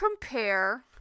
compare